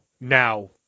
now